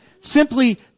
simply